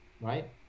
Right